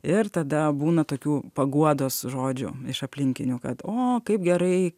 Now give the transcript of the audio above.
ir tada būna tokių paguodos žodžių iš aplinkinių kad o kaip gerai